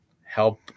help